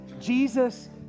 Jesus